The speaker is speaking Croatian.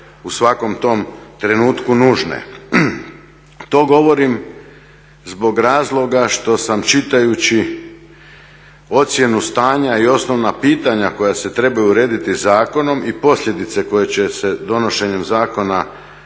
u svakom tom trenutku nužne. To govorim zbog razloga što sam čitajući ocjenu stanja i osnovna pitanja koja se trebaju urediti zakonom i posljedice koje će se donošenjem zakona dogoditi